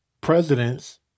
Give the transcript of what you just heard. presidents